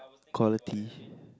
quality